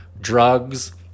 drugs